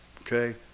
okay